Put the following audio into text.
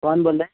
کون بول رہیں